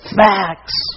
facts